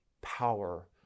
power